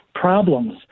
problems